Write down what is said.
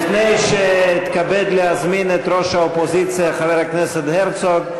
לפני שאתכבד להזמין את ראש האופוזיציה חבר הכנסת הרצוג,